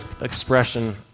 expression